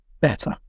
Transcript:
better